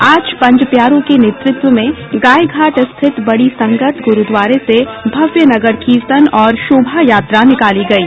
आज पंज प्यारों के नेतृत्व में गाय घाट स्थित बड़ी संगत गुरूद्वारे से भव्य नगर कीर्तन और शोभा यात्रा निकाली गयी